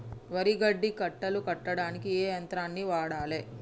వరి గడ్డి కట్టలు కట్టడానికి ఏ యంత్రాన్ని వాడాలే?